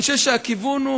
אני חושב שהכיוון הוא,